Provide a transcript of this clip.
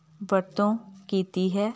ਵਰਤੋਂ ਕੀਤੀ ਹੈ